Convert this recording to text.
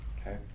Okay